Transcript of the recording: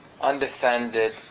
undefended